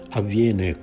avviene